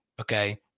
Okay